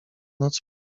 noc